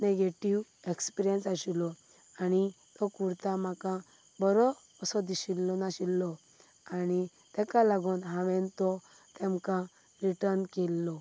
negative experience आशिल्लो आनी तो कुर्ता म्हाका बरो असो दिशिल्लो नाशिल्लो आनी तेका लागून हांवें तो तेंमका रिर्टन केल्लो